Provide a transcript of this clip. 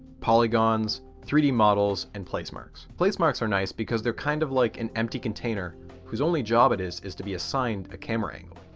polygons, three d models, and placemarks. placemarks are nice because they're kind of like an empty container whose only job is is to be assigned camera angle.